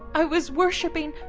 i was worshiping,